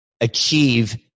achieve